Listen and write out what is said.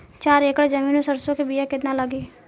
चार एकड़ जमीन में सरसों के बीया कितना लागी?